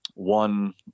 one